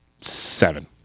seven